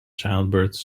childbirths